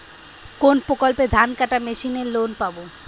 কোন প্রকল্পে ধানকাটা মেশিনের লোন পাব?